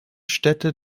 städte